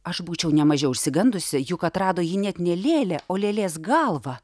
aš būčiau ne mažiau išsigandusi juk atrado ji net ne lėlę o lėlės galvą